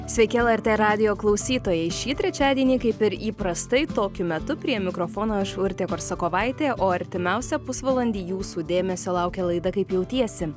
sveiki lrt radijo klausytojai šį trečiadienį kaip ir įprastai tokiu metu prie mikrofono aš urtė korsakovaitė o artimiausią pusvalandį jūsų dėmesio laukia laida kaip jautiesi